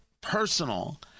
personal